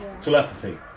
Telepathy